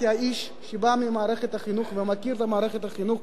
כאיש שבא ממערכת החינוך ומכיר את מערכת החינוך,